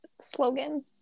slogan